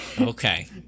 Okay